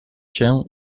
się